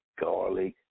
garlic